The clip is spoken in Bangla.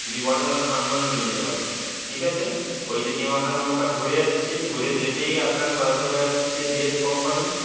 যদি বলেন তাহলে সামনেও চলে যেতে পারব ঠিক আছে ওই যে তেমাথার মোড়টা ঘুরে যাচ্ছে ঘুরে যেতেই আপনার সোজা চলে আসছে দেশ কম্পানি